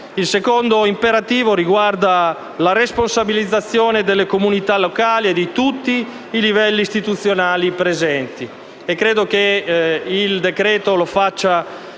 Il secondo imperativo riguarda la responsabilizzazione delle comunità locali e di tutti i livelli istituzionali presenti.